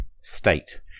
state